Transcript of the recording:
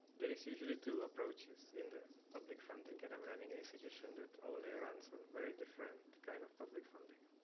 there is usually two approaches in the public funding and i'm running a situation that only runs on very different kind of public funding.